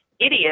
idiot